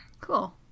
Cool